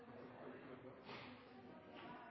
Jeg har lyst til å